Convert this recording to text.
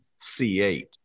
c8